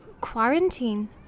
Quarantine